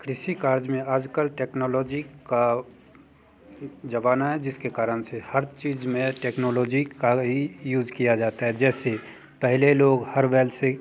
कृषि काज में आज कल टेक्नोलॉजी का ज़माना जिसके कारण से हर चीज़ में टेक्नोलॉजी की ही यूज़ किया जाता है जैसे पहले लोग हर बैल से